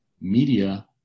media